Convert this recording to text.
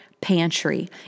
Pantry